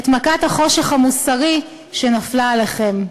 את מכת החושך המוסרי שנפלה עליכם.